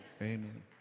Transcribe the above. Amen